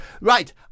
right